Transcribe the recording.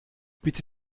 bitte